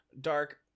dark